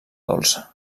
dolça